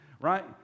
right